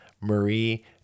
Marie